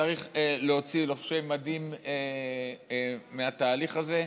צריך להוציא לובשי מדים מהתהליך הזה.